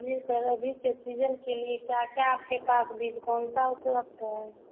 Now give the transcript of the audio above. जी sir अभी के season के लिए क्या क्या आपके पास बीज कौन सा उपलब्ध है